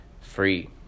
free